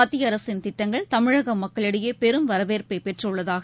மத்தியஅரசின் திட்டங்கள் தமிழக மக்களிடையே பெரும் வரவேற்பை பெற்றுள்ளதாக